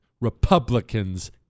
Republicans